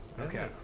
Okay